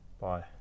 Bye